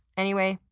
anyway,